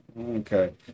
Okay